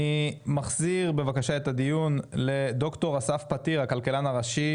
אני מחזיר את הדיון לד"ר אסף פתיר, הכלכלן הראשי